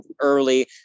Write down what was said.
early